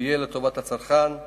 ויהיה לטובת הצרכן.